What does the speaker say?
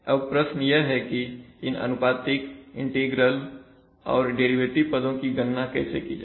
अब प्रश्न यह है कि इन अनुपातिक इंटीग्रल और डेरिवेटिव पदों की गणना कैसे की जाए